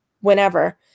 whenever